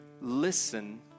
listen